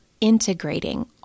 integrating